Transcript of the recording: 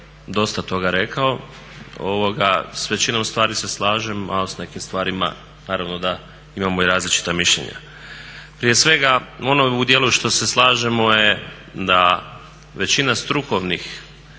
dosta toga rekao. S većinom stvari se slažem, a s nekim stvarima naravno da imamo i različita mišljenja. Prije svega ono u dijelu što se slažemo je da većina strukovnih